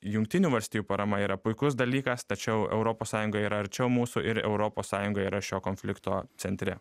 jungtinių valstijų parama yra puikus dalykas tačiau europos sąjunga yra arčiau mūsų ir europos sąjunga yra šio konflikto centre